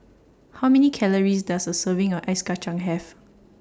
How Many Calories Does A Serving of Ice Kacang Have